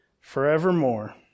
forevermore